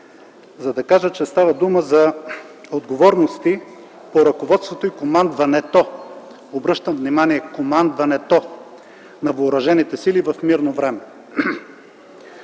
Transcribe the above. за да кажа, че става дума за отговорности по ръководството и командването. Обръщам внимание: „командването на Въоръжените сили в мирно време”.